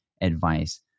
advice